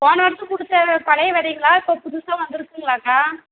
போன வருஷம் கொடுத்த பழைய விதைங்களா இப்போ புதுசாக வந்திருக்குங்களாக்கா